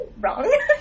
wrong